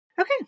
okay